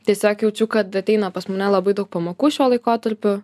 tiesiog jaučiu kad ateina pas mane labai daug pamokų šiuo laikotarpiu